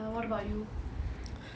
ya what about you